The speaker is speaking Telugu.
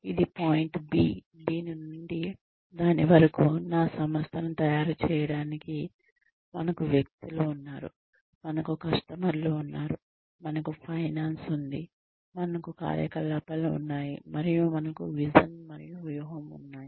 ఇది పాయింట్ B దీని నుండి దాని వరకు నా సంస్థను తయారు చేయడానికి మనకు వ్యక్తులు ఉన్నారు మనకు కస్టమర్లు ఉన్నారు మనకు ఫైనాన్స్ ఉంది మనకు కార్యకలాపాలు ఉన్నాయి మరియు మనకు విజన్ మరియు వ్యూహం ఉన్నాయి